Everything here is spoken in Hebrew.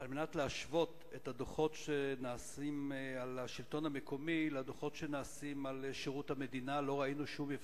למרות זאת גם הוא סבור שעלינו להניח,